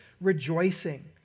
rejoicing